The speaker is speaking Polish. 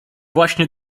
właśnie